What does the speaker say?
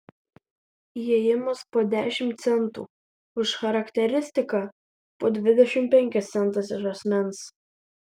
įėjimas po dešimt centų už charakteristiką po dvidešimt penkis centus iš asmens